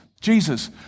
Jesus